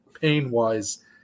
pain-wise